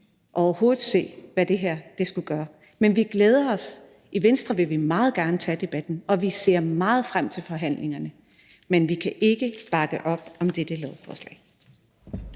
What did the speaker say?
på området – hvad det her skulle være godt for. Men i Venstre vil vi meget gerne tage debatten, og vi ser meget frem til forhandlingerne, men vi kan ikke bakke op om dette beslutningsforslag.